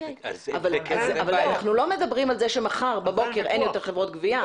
אבל אנחנו לא מדברים על זה שמחר בבוקר אין יותר חברות גבייה,